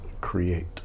create